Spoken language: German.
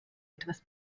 etwas